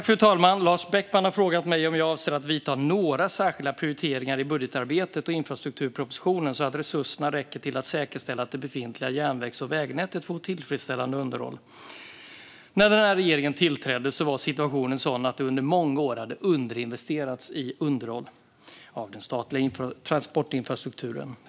Fru talman! Lars Beckman har frågat mig om jag avser att göra några särskilda prioriteringar i budgetarbetet och infrastrukturpropositionen så att resurserna räcker till att säkerställa att det befintliga järnvägs och vägnätet får ett tillfredsställande underhåll. När den här regeringen tillträdde var situationen sådan att det under många år hade underinvesterats i underhåll av den statliga transportinfrastrukturen.